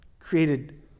created